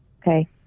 Okay